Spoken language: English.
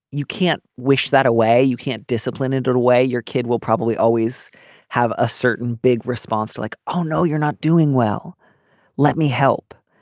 you can't wish that away you can't discipline into the way your kid will probably always have a certain big response like oh no you're not doing well let me help.